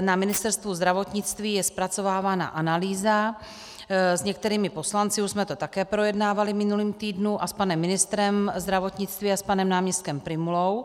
na Ministerstvu zdravotnictví je zpracovávána analýza, s některými poslanci už jsme to také projednávali v minulém týdnu a s panem ministrem zdravotnictví a s panem náměstkem Prymulou.